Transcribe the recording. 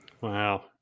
Wow